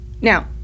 Now